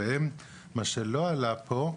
שלא עלה פה,